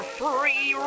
free